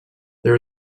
there